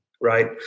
right